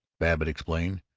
babbitt explained.